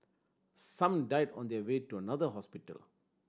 some died on their way to another hospital